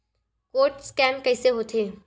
Code scan कइसे होथे?